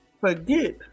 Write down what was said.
forget